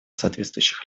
соответствующих